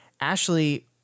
Ashley